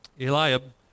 Eliab